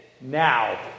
now